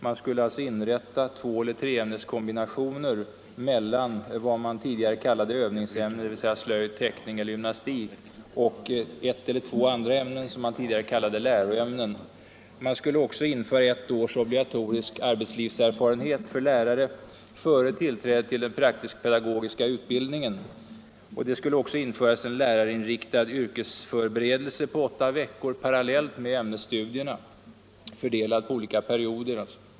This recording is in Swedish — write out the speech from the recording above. Man skulle inrätta tvåeller treämneskombinationer mellan vad man tidigare kallade övningsämnen, dvs. slöjd, teckning eller gymnastik, och ett eller två andra ämnen som man tidigare kallade läroämnen. Man skulle också införa ett års obligatorisk arbetslivserfarenhet för lärare före tillträde till den praktisk-pedagogiska utbildningen. Det skulle också införas en lärarinriktad yrkesförberedelse på åtta veckor parallellt med ämnesstudierna, fördelad på olika perioder.